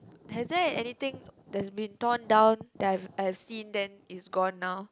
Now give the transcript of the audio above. has there anything that has been torn down that I have I have seen then it's gone now